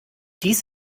dies